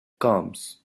comes